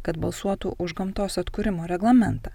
kad balsuotų už gamtos atkūrimo reglamentą